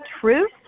truth